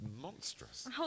monstrous